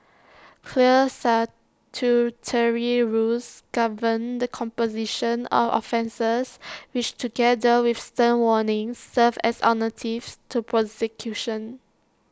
clear statutory rules govern the composition of offences which together with stern warnings serve as alternatives to prosecution